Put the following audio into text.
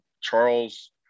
Charles